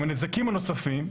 עם הנזקים הנוספים,